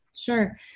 Sure